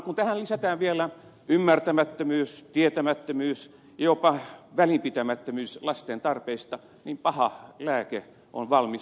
kun tähän lisätään vielä ymmärtämättömyys tietämättömyys jopa välinpitämättömyys lasten tarpeista niin paha lääke on valmis